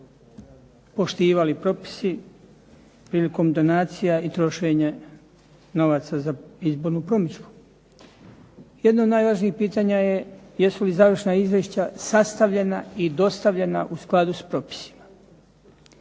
poštivali propisi ili trošenje novaca za izbornu promidžbu. Jedno od najvažnijih pitanja je jesu li završna izvješća sastavljena i dostavljena u skladu s propisima.